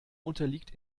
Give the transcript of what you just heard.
unterliegt